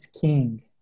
king